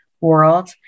world